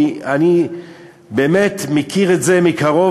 כי אני באמת מכיר את זה מקרוב,